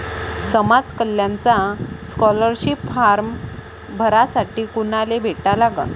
समाज कल्याणचा scholarship form भरासाठी कुनाले भेटा लागन?